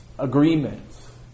Agreements